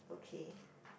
okay